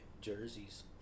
Jerseys